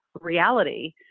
reality